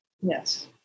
Yes